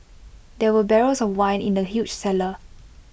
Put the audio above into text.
there were barrels of wine in the huge cellar